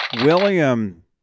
William